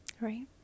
right